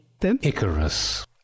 Icarus